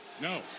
No